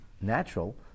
natural